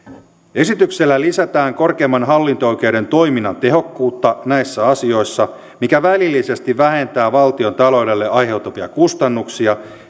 esityksellä lisätään korkeimman hallinto oikeuden toiminnan tehokkuutta näissä asioissa mikä välillisesti vähentää valtiontaloudelle aiheutuvia kustannuksia